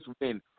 win